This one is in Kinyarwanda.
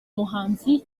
muhanzi